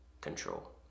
control